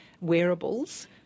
wearables